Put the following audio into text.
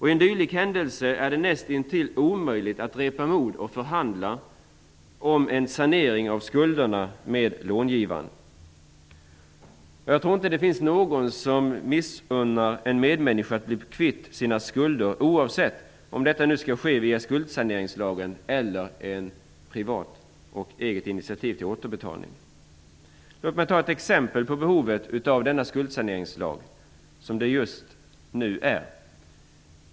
I en dylik situation är det näst intill omöjligt att repa mod och förhandla om en sanering av skulderna med långivaren. Jag tror inte att det finns någon som missunnar en medmänniska att bli kvitt sina skulder oavsett om det sker med hjälp av skuldsaneringslagen eller genom ett eget initiativ till återbetalning. Låt mig ta ett litet exempel på behovet av en skuldsaningslag.